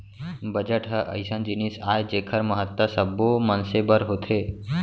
budget ह अइसन जिनिस आय जेखर महत्ता सब्बो मनसे बर होथे